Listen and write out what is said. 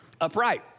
upright